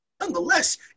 Nonetheless